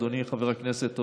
אדוני חבר הכנסת,